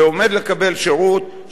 ועומד לקבל שירות,